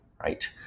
right